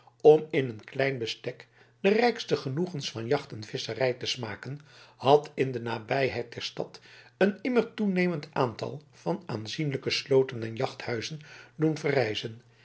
om in een klein bestek de rijkste genoegens van jacht en visscherij te smaken had in de nabijheid der stad een immer toenemend aantal van aanzienlijke sloten en jachthuizen doen verrijzen